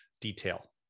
detail